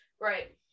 Right